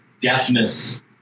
deafness